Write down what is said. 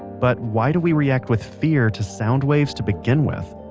but why do we react with fear to sound waves to begin with?